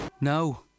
No